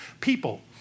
people